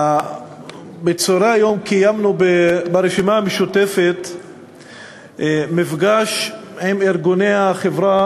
בצהרי היום קיימנו ברשימה המשותפת מפגש עם ארגוני החברה